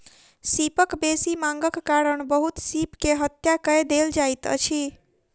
सीपक बेसी मांगक कारण बहुत सीप के हत्या कय देल जाइत अछि